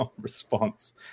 response